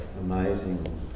amazing